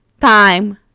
time